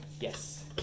Yes